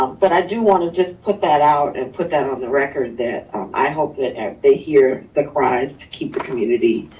um but i do wanna just put that out and put that on the record that i hope that they hear the cries to keep the community,